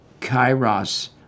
kairos